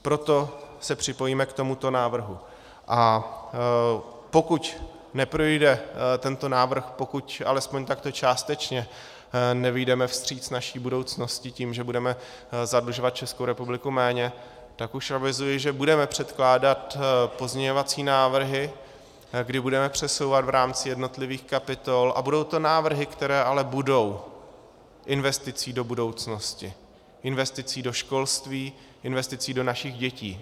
Proto se připojíme k tomuto návrhu, a pokud neprojde tento návrh, pokud alespoň takto částečně nevyjdeme vstříc naší budoucnosti tím, že budeme zadlužovat Českou republiku méně, tak už avizuji, že budeme předkládat pozměňovací návrhy, kdy budeme přesouvat v rámci jednotlivých kapitol, a budou to návrhy, které ale budou investicí do budoucnosti, investicí do školství, investicí do našich dětí.